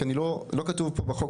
כי זה לא כתוב פה בחוק,